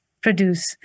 produce